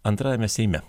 antrajame seime